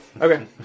Okay